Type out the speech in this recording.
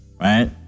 right